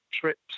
trips